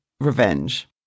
revenge